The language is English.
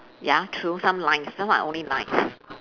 ya true some lines some are only lines